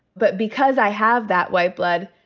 but because i have that white blood,